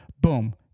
boom